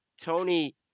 Tony